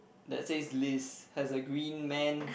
that says list has a green man